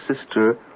sister